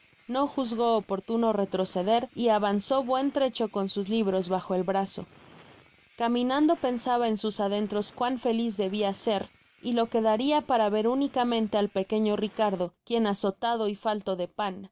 no juzgó oportuno retroceder y avanzó buen trecho con sus libros bajo el brazo caminando pensaba en sus adentros cuan feliz debia ser y lo que daria para ver únicamente al pequeño ricardo quien azotado y falto de pan